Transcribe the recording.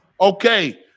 Okay